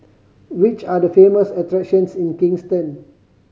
which are the famous attractions in Kingston